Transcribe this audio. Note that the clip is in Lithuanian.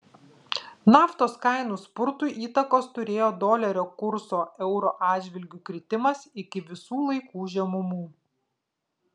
naftos kainų spurtui įtakos turėjo dolerio kurso euro atžvilgiu kritimas iki visų laikų žemumų